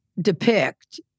depict